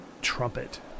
trumpet